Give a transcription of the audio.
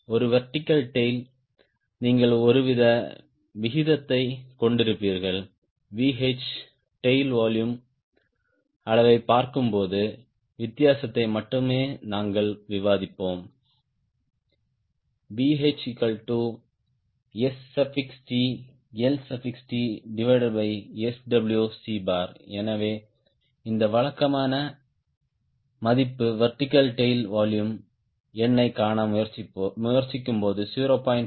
ஒரு vertical tail நீங்கள் ஒருவித விகிதத்தைக் கொண்டிருப்பீர்கள் VH டேய்ல் வொலும் அளவைப் பார்க்கும்போது வித்தியாசத்தை மட்டுமே நாங்கள் விவாதிப்போம் VHStltSwc எனவே இந்த வழக்கமான மதிப்பு வெர்டிகல் டேய்ல் வொலும் எண்ணைக் காண முயற்சிக்கும்போது 0